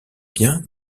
bien